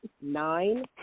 nine